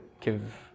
give